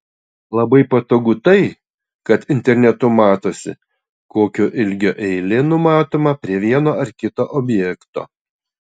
labai patogu tai kad internetu matosi kokio ilgio eilė numatoma prie vieno ar kito objekto